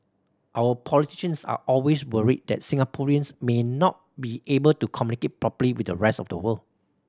our politicians are always worried that Singaporeans may not be able to communicate properly with the rest of the world